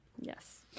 Yes